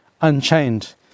unchained